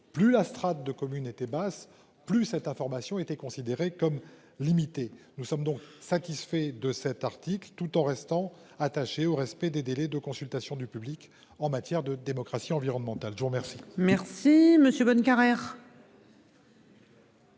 plus la strate de communes étaient basse plus cette information était considéré comme limité, nous sommes donc satisfaits de cet article, tout en restant attaché au respect des délais de consultation du public en matière de démocratie environnementale. Je vous remercie, merci. Si Monsieur Bonnecarrere.